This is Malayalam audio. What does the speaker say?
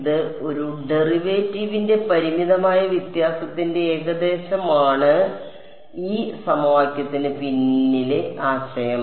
ഇത് ഒരു ഡെറിവേറ്റീവിന്റെ പരിമിതമായ വ്യത്യാസത്തിന്റെ ഏകദേശമാണ് ഈ സമവാക്യത്തിന് പിന്നിലെ ആശയം